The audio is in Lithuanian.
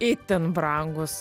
itin brangūs